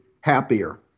happier